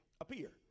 appear